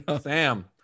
sam